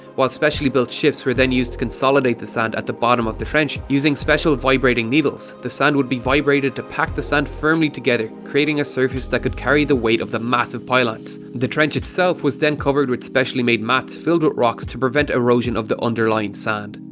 while specially built ships were then used to consolidate the sand at the bottom of the trench, using special vibrating needles, the sand would be vibrated to pack the sand firmly together creating a surface that could carry the weight of the massive pylons. the trench itself was then covered with specially made mats filled with rocks to help prevent erosion of the underlying sand.